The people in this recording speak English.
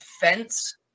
fence